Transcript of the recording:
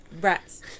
Rats